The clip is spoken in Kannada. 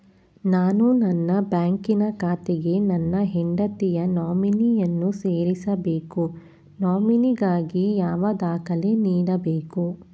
ನಾನು ನನ್ನ ಬ್ಯಾಂಕಿನ ಖಾತೆಗೆ ನನ್ನ ಹೆಂಡತಿಯ ನಾಮಿನಿಯನ್ನು ಸೇರಿಸಬೇಕು ನಾಮಿನಿಗಾಗಿ ಯಾವ ದಾಖಲೆ ನೀಡಬೇಕು?